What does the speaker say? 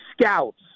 scouts